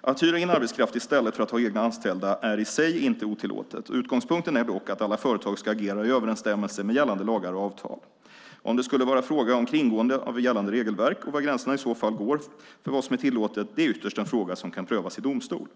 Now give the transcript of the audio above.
Att hyra in arbetskraft i stället för att ha egna anställda är i sig inte otillåtet. Utgångspunkten är dock att alla företag ska agera i överensstämmelse med gällande lagar och avtal. Om det skulle vara fråga om kringgående av gällande regelverk, och var gränserna i så fall går för vad som är tillåtet är ytterst en fråga som kan prövas i domstol.